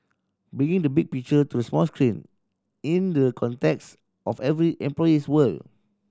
bringing the big picture to small screen in the context of every employee's world